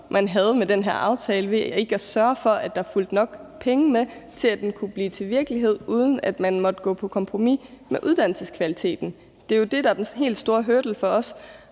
man havde med den her aftale, ved ikke at sørge for, at der fulgte nok penge med, til at den kunne blive til virkelighed, uden at man måtte gå på kompromis med uddannelseskvaliteten. Det er jo det, der er den helt store hurdle for os.